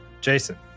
Jason